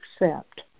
accept